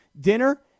Dinner